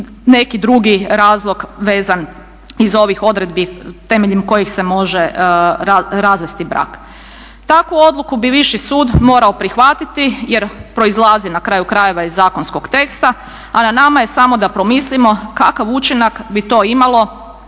neki drugi razlog vezan iz ovih odredbi temeljem kojih se može razvesti brak. Takvu odluku bi viši sud morao prihvatiti jer proizlazi na kraju krajeva iz zakonskog teksta, a na nama je samo da promislimo kakav učinak bi to imalo